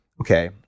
okay